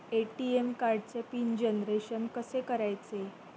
ATM कार्डचे PIN generation कसे करायचे?